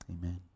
Amen